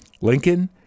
Lincoln